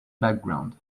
background